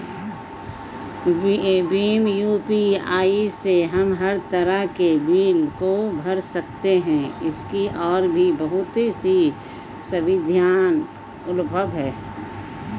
Bhim UPI से हम हर तरह के बिल को भर सकते है, इसकी और भी बहुत सी सुविधाएं उपलब्ध है